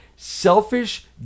Selfish